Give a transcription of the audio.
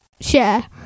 share